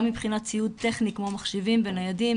גם מבחינת ציוד טכני כמו מחשבים ניידים,